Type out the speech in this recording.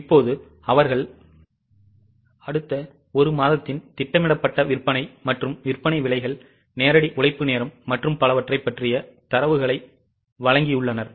இப்போது அவர்கள் அடுத்த ஒரு மாதத்தின் திட்டமிடப்பட்ட விற்பனை மற்றும் விற்பனை விலைகள் நேரடி உழைப்பு நேரம் மற்றும் பலவற்றைப் பற்றிய தரவுகளை வழங்கியுள்ளனர்